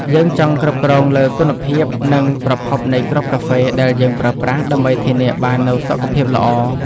យើងចង់គ្រប់គ្រងលើគុណភាព និងប្រភពនៃគ្រាប់កាហ្វេដែលយើងប្រើប្រាស់ ដើម្បីធានាបាននូវសុខភាពល្អ។